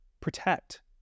protect